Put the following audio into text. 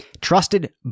trusted